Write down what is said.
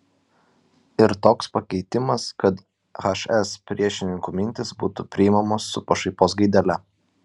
ir toks pakeitimas kad hs priešininkų mintys būtų priimamos su pašaipos gaidele